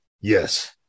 Yes